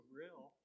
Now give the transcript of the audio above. real